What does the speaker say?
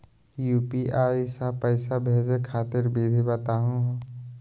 UPI स पैसा भेजै खातिर विधि बताहु हो?